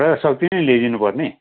प्रजाशक्ति नै ल्याइदिनुपर्ने